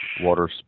water